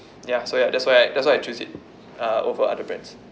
ya so ya that's why that's why I choose it uh over other brands